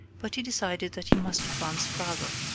but he decided that he must advance farther,